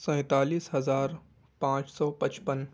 سینتالیس ہزار پانچ سو پچپن